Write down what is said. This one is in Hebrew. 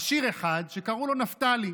עשיר אחד, שקראו לו נפתלי,